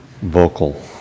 vocal